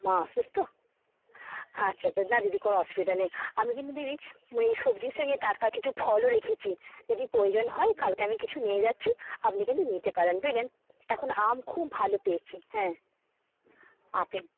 মা অসুস্থ আচ্ছা আচ্ছা না দিদি কোনো অসুবিধা নেই আমি কিন্তু দিদি এই সবজির সঙ্গে টাটকা কিছু ফলও রেখেছি যদি প্রয়োজন হয় কালকে আমি কিছু নিয়ে যাচ্ছি আপনি কিন্তু নিতে পারেন বুঝলেন এখন আম খুব ভালো পেয়েছি হ্যাঁ আপেল